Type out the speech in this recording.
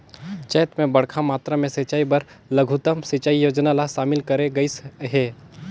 चैत मे बड़खा मातरा मे सिंचई बर लघुतम सिंचई योजना ल शामिल करे गइस हे